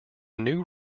new